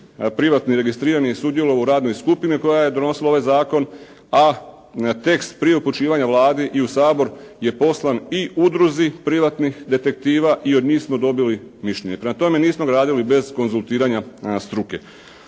privatni registriran jer je sudjelovao u radnoj skupini koja je donosila ovaj zakon, a tekst prije upućivanja Vladi i u Sabor je poslan i Udruzi privatnih detektiva i od njih smo dobili mišljenje. Prema tome nismo ga radili bez konzultiranja struke.